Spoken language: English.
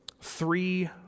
three